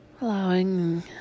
Allowing